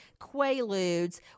Quaaludes